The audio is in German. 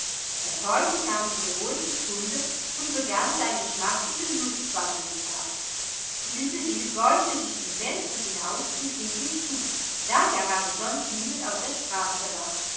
der teufel kam zur gewohnten stunde und begann seinen schmachtenden lustwandeltrab ilsebill beugte sich zum fenster hinaus und rief ihm zu da gerade sonst niemand auf der straße war